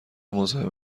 مزاحم